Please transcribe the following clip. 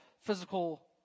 physical